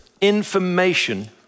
information